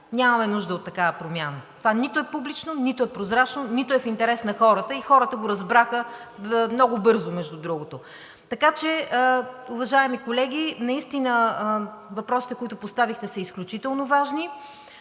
нямаме нужда от такава промяна. Това нито е публично, нито е прозрачно, нито е в интерес на хората, и хората го разбраха много бързо, между другото. Така че, уважаеми колеги, наистина въпросите, които поставихте, са изключително важни.